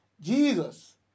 Jesus